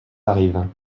arrive